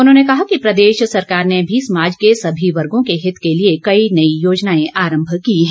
उन्होंने कहा कि प्रदेश सरकार ने भी समाज के सभी वर्गो के हित के लिए कई नई योजनाएं आरंभ की हैं